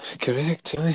Correct